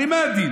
הרי מה הדיל?